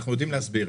אנחנו מבינים